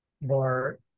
more